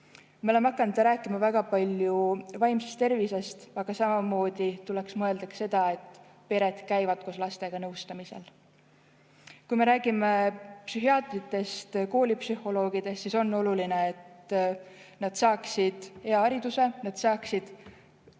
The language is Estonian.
palju hakanud rääkima vaimsest tervisest, aga samamoodi tuleks mõelda sellele, et pered käiksid koos lastega nõustamisel. Kui me räägime psühhiaatritest ja koolipsühholoogidest, siis on oluline, et nad saaksid hea hariduse, saaksid